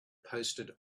posted